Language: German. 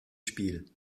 spiel